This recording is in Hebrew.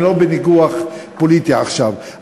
אני לא בניגוח פוליטי עכשיו.